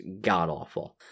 god-awful